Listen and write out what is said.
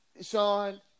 Sean